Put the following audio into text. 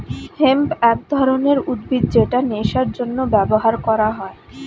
hemp এক ধরনের উদ্ভিদ যেটা নেশার জন্য ব্যবহার করা হয়